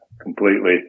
completely